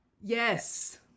Yes